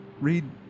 read